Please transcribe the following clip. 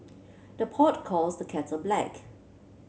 the pot calls the kettle black